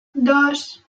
dos